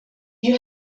you